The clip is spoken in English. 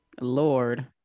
lord